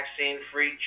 vaccine-free